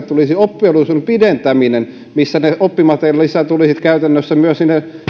tulisi oppivelvollisuuden pidentäminen missä se oppimateriaalilisä tulisi käytännössä myös